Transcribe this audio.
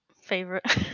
favorite